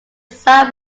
side